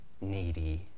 needy